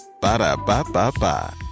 Ba-da-ba-ba-ba